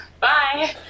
bye